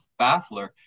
Baffler